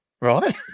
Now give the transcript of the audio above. right